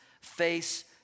face